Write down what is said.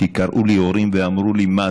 כי קראו לי הורים ואמרו לי: מה,